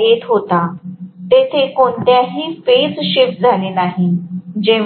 येत होता तेथे कोणतीही फेज शिफ्ट झाली नव्हती